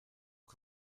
que